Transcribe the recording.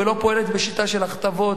ולא פועלת בשיטה של הכתבות.